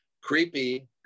creepy